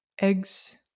eggs